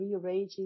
rearranging